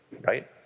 right